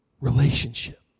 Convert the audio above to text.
relationship